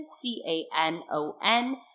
c-a-n-o-n